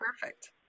Perfect